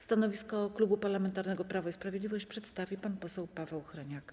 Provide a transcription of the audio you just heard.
Stanowisko Klubu Parlamentarnego Prawo i Sprawiedliwość przedstawi pan poseł Paweł Hreniak.